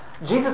Jesus